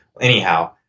Anyhow